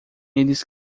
eles